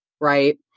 right